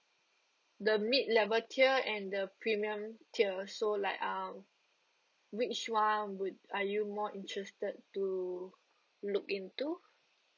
the mid-level tier and the premium tier so like um which one would are you more interested to look into